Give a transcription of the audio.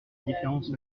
différence